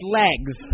legs